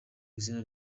izina